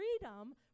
freedom